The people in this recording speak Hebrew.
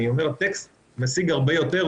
טקסט משיג הרבה יותר,